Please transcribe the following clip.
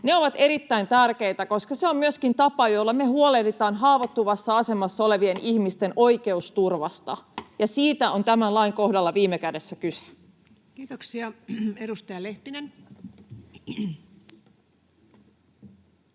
Ne ovat erittäin tärkeitä, koska ne ovat myöskin tapa, jolla me huolehditaan haavoittuvassa asemassa olevien ihmisten oikeusturvasta, ja siitä on tämän lain kohdalla viime kädessä kyse. [Speech 143] Speaker: